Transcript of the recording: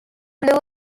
blue